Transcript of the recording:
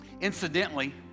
Incidentally